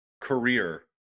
career